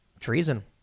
Treason